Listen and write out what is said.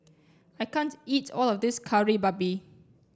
I can't eat all of this Kari Babi